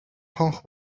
хонх